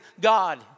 God